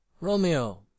Romeo